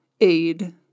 aid